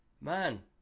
Man